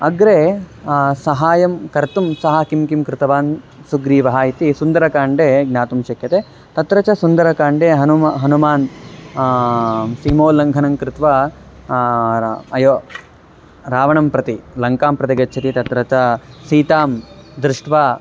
अग्रे सहाय्यं कर्तुं सः किं किं कृतवान् सुग्रीवः इति सुन्दरकाण्डे ज्ञातुं शक्यते तत्र च सुन्दरकाण्डे हनुमान् हनुमान् सीमोल्लङ्घनं कृत्वा अयो रावणं प्रति लङ्कां प्रति गच्छति तत्र च सीतां दृष्ट्वा